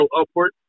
upward